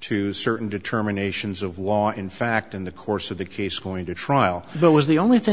two certain determinations of law in fact in the course of the case going to trial but was the only thing